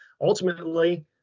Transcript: ultimately